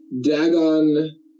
Dagon